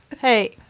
Hey